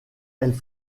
elles